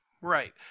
Right